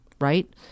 Right